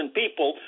people